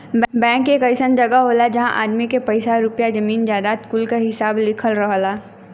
bank एक अइसन जगह होला जहां आदमी के पइसा रुपइया, जमीन जायजाद कुल क हिसाब लिखल रहला